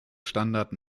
standard